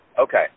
Okay